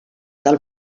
del